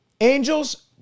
Angels